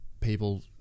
people